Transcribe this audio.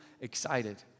excited